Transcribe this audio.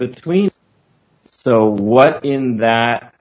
between so what in that